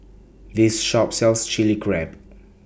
This Shop sells Chilli Crab